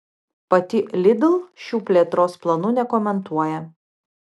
pati lidl šių plėtros planų nekomentuoja